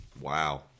Wow